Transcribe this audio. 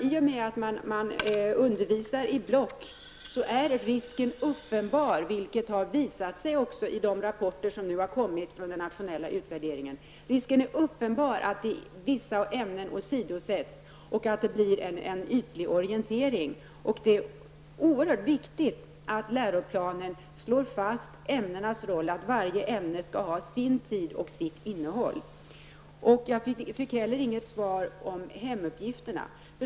I och med att man undervisar i block är risken uppenbar, vilket också har visat sig i de rapporter som nu har kommit från den nationella utvärderingen, att vissa ämnen åsidosätts och att det blir en ytlig orientering. Det är oerhört viktigt att läroplanen slår fast ämnenas roll, att varje ämne skall ha sin tid och sitt innehåll. Jag fick heller inget svar på frågan om hemuppgifterna.